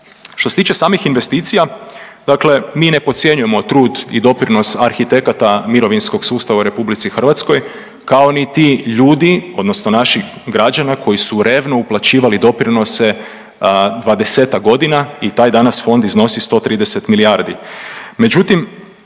Što se tiče samih investicija, dakle mi ne podcjenjujemo trud i doprinos arhitekata mirovinskog sustava u RH kao niti ljudi odnosno naših građana koji su revno uplaćivali doprinose 20-ak godina i taj danas fond iznosi 130 milijardi.